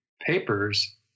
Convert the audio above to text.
papers